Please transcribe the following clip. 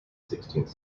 sixteenth